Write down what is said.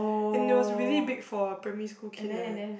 and it was really big for a primary school kid eh